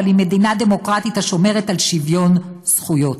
אבל היא מדינה דמוקרטית השומרת על שוויון זכויות.